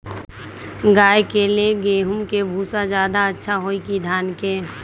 गाय के ले गेंहू के भूसा ज्यादा अच्छा होई की धान के?